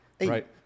Right